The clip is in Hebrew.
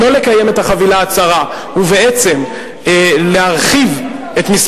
הוא לא לקיים את החבילה הצרה,